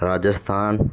Rajasthan